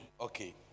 Okay